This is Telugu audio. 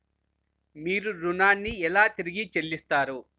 మీరు ఋణాన్ని ఎలా తిరిగి చెల్లిస్తారు?